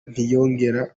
ntiyongera